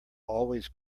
always